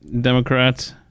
Democrats